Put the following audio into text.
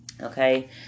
Okay